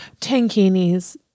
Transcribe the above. Tankinis